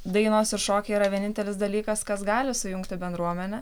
dainos ir šokiai yra vienintelis dalykas kas gali sujungti bendruomenę